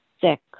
sick